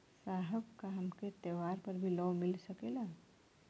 साहब का हमके त्योहार पर भी लों मिल सकेला?